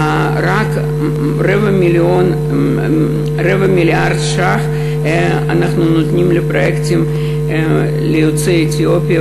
רק רבע מיליארד ש"ח אנחנו נותנים לפרויקטים ליוצאי אתיופיה,